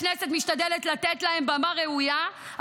הכנסת משתדלת לתת להם במה ראויה,